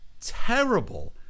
terrible